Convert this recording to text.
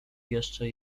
jeszcze